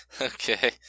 Okay